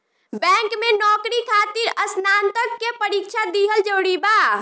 Bank में नौकरी खातिर स्नातक के परीक्षा दिहल जरूरी बा?